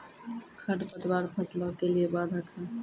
खडपतवार फसलों के लिए बाधक हैं?